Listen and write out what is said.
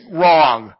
wrong